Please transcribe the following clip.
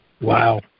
Wow